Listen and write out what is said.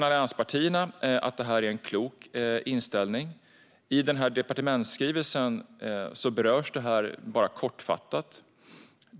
Allianspartierna tycker att det här är en klok inställning. I departementsskrivelsen berörs det bara kortfattat.